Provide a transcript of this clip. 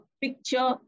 picture